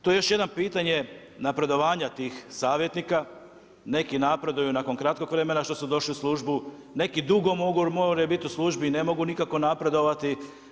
To je još jedno pitanje napredovanja tih savjetnika, neki napreduju nakon kratkog vremena što su došli u službu, neki dugo moraju biti u službi i ne mogu nikako napredovati.